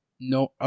no